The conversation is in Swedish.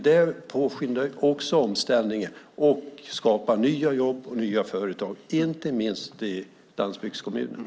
Det påskyndar också omställningen och skapar nya jobb och nya företag, inte minst i landsbygdskommunerna.